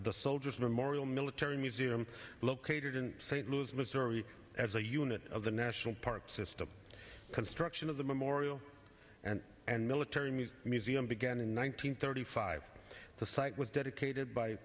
the soldiers memorial military museum located in st louis missouri as a unit of the national park system construction of the memorial and and military music museum began in one nine hundred thirty five the site was dedicated by